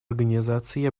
организации